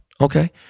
Okay